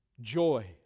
joy